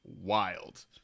wild